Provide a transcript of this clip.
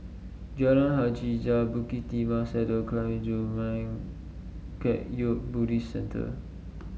Jalan Hajijah Bukit Timah Saddle and Zurmang Kagyud Buddhist Centre